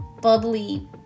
bubbly